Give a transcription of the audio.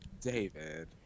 David